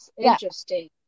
interesting